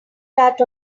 that